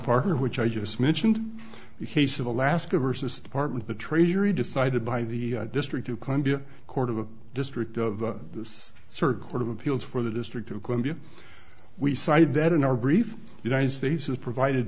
parker which i just mentioned the case of alaska versus department the treasury decided by the district of columbia court of a district of this sort of court of appeals for the district of columbia we cited that in our brief united states has provided